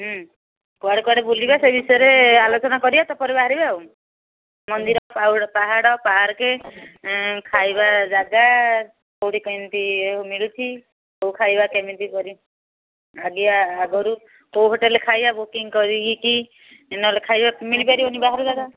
ହୁଁ କୁଆଡ଼େ କୁଆଡ଼େ ବୁଲିବା ସେ ବିଷୟରେ ଆଲୋଚନା କରିବା ତା'ପରେ ବାହାରିବା ଆଉ ମନ୍ଦିର ପାଉଡ଼ ପାହାଡ଼ ପାର୍କ ଖାଇବା ଜାଗା କେଉଁଠି କେମିତି ମିଳୁଛିି କେଉଁ ଖାଇବା କେମିତି କରି ମାଗିବା ଆଗରୁ କେଉଁ ହୋଟେଲ୍ରେ ଖାଇବା ବୁକିଂ କରିକି କିି ନହେଲେ ଖାଇବା ମିଳିପାରିବନି ବାହାର ଜାଗା